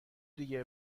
دیگه